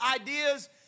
ideas